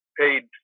paid